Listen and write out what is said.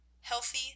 healthy